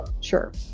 sure